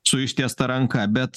su ištiesta ranka bet